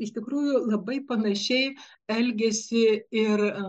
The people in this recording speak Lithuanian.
iš tikrųjų labai panašiai elgiasi ir